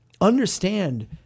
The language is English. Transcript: understand